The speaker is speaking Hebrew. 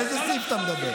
על איזה סעיף אתה מדבר?